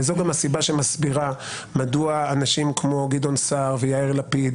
וזו גם הסיבה שמסבירה מדוע אנשים כמו גדעון סער ויאיר לפיד